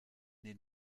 den